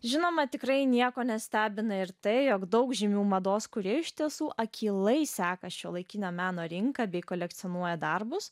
žinoma tikrai nieko nestebina ir tai jog daug žymių mados kūrėjų iš tiesų akylai seka šiuolaikinio meno rinką bei kolekcionuoja darbus